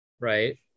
right